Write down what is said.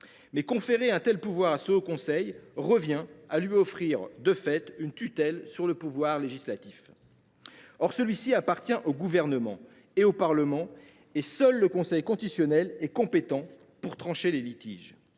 Mais conférer un tel pouvoir à ce haut conseil revient à lui offrir de fait une tutelle sur le pouvoir législatif. Or ce pouvoir appartient au Gouvernement et au Parlement, et seul le Conseil constitutionnel est compétent pour trancher des litiges.